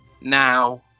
now